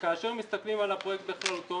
וכאשר מסתכלים על הפרויקט בכללותו,